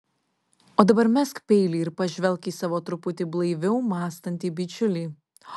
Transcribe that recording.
o dabar mesk peilį ir pažvelk į savo truputį blaiviau mąstantį bičiulį